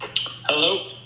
Hello